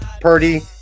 Purdy